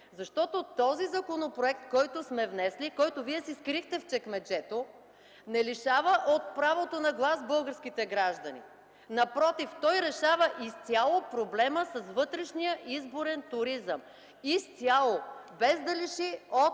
защото този законопроект, който сме внесли и който Вие си скрихте в чекмеджето, не лишава от правото на глас българските граждани, напротив – той решава изцяло проблема с вътрешния изборен туризъм. Изцяло, без да лиши от